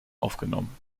aufgenommen